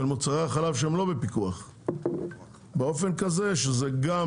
מוצרי החלב שהם לא בפיקוח באופן כזה שזה גם